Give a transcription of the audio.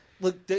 Look